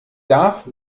darf